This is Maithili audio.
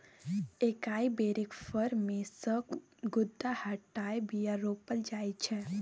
एकाइ बेरीक फर मे सँ गुद्दा हटाए बीया रोपल जाइ छै